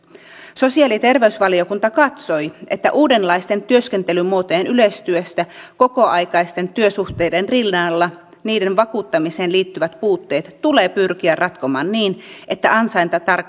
sosiaali ja terveysvaliokunta katsoi että uudenlaisten työskentelymuotojen yleistyessä kokoaikaisten työsuhteiden rinnalla niiden vakuuttamiseen liittyvät puutteet tulee pyrkiä ratkomaan niin että